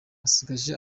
asigaje